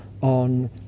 on